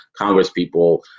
congresspeople